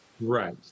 Right